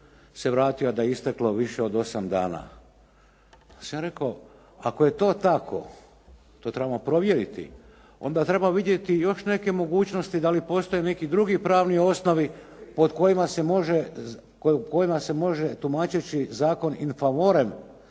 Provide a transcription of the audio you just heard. se vratio a da je isteklo više od osam dana. Onda sam ja rekao. Ako je to tako, to trebamo provjeriti, onda trebamo vidjeti još neke mogućnosti da li postoje neki drugi pravni osnovi pod kojima se može tumačeći zakon in favorem